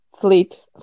fleet